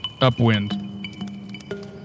Upwind